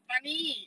funny